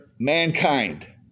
Mankind